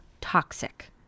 Toxic